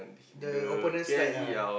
the opponent slide ah